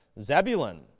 Zebulun